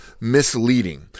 misleading